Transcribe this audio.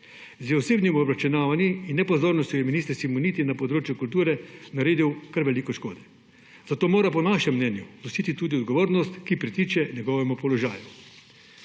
Z osebnimi obračunavanji in nepozornostmi je minister Simoniti na področju kulture naredil kar veliko škode, zato mora po našem mnenju nositi tudi odgovornost, ki pritiče njegovemu položaju.